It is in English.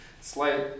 slight